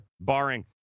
barring